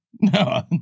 No